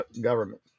government